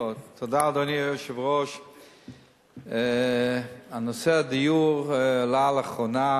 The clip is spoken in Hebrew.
אדוני היושב-ראש, תודה, נושא הדיור עלה לאחרונה